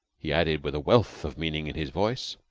he added with a wealth of meaning in his voice,